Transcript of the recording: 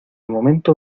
momento